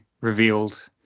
revealed